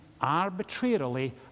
arbitrarily